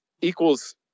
equals